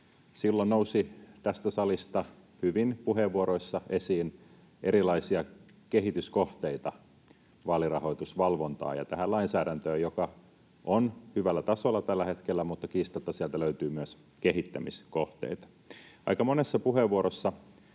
silloin nousi tästä salista hyvin puheenvuoroissa esiin erilaisia kehityskohteita vaalirahoitusvalvontaan ja tähän lainsäädäntöön, joka on hyvällä tasolla tällä hetkellä, mutta kiistatta sieltä löytyy myös kehittämiskohteita. Aika monessa puheenvuorossa